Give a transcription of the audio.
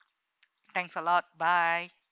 thanks a lot bye